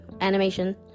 animation